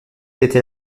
était